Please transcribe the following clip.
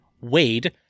wade